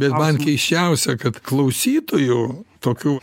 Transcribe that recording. bet man keisčiausia kad klausytojų tokių